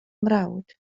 mrawd